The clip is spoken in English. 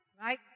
right